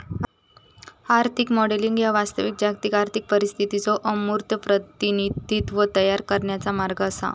आर्थिक मॉडेलिंग ह्या वास्तविक जागतिक आर्थिक परिस्थितीचो अमूर्त प्रतिनिधित्व तयार करण्याचा कार्य असा